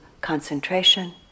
concentration